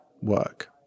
work